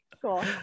cool